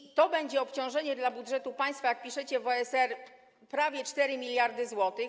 I to będzie obciążenie dla budżetu państwa, jak piszecie w OSR, prawie 4 mld zł.